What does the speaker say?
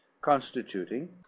constituting